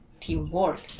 teamwork